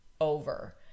over